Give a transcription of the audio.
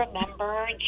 remember